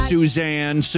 Suzanne